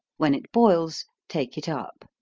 when it boils, take it up.